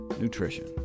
nutrition